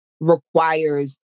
requires